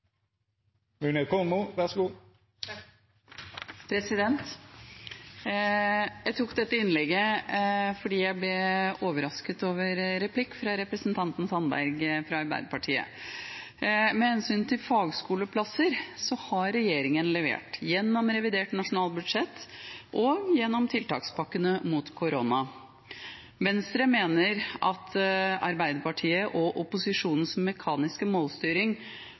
Jeg tok ordet fordi jeg ble overrasket over replikken fra representanten Sandberg fra Arbeiderpartiet. Med hensyn til fagskoleplasser har regjeringen levert, gjennom revidert nasjonalbudsjett og gjennom tiltakspakkene mot korona. Venstre mener at Arbeiderpartiets og opposisjonens mekaniske målstyring